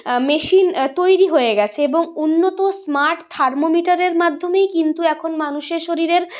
machine তৈরি হয়ে গেছে এবং উন্নত স্মার্ট থার্মোমিটারের মাধ্যমেই কিন্তু এখন মানুষের শরীরের